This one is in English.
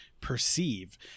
perceive